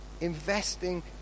investing